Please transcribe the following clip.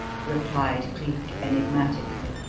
replied cleek enigmatically.